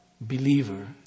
believer